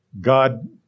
God